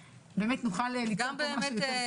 נוכל ליצור פה יותר טוב.